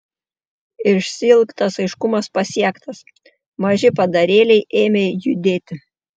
išsiilgtas aiškumas pasiektas maži padarėliai ėmė judėti